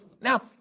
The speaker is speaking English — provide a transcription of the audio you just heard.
now